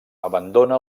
abandona